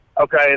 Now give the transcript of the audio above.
okay